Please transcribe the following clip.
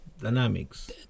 dynamics